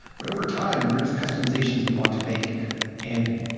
but over time, there are customizations we want to make and